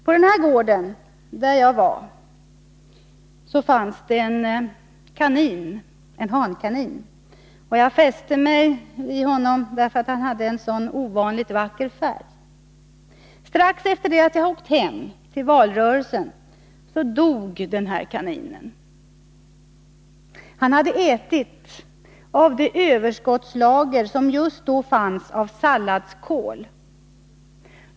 På den här gården där jag var fanns det en hankanin. Jag fäste mig vid honom därför att han hade en ovanligt vacker färg. Strax efter det att jag åkt hem till valrörelsen dog den här kaninen. Han hade ätit av det överskottslager som just då fanns av salladskål.